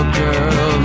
girl